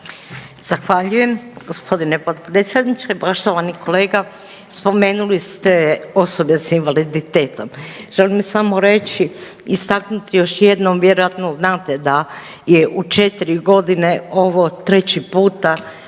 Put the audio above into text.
Zahvaljujem gospodine potpredsjedniče. Poštovani kolega spomenuli ste osobe sa invaliditetom. Želim samo reći, istaknuti još jednom vjerojatno znate da je u 4 godine ovo treći puta